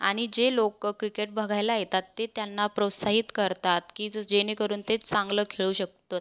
आणि जे लोक क्रिकेट बघायला येतात ते त्यांना प्रोत्साहित करतात की ज जेणेकरून ते चांगलं खेळू शकतात